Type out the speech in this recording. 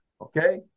okay